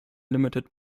limited